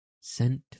sent